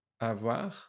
avoir